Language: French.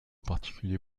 particulier